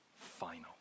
final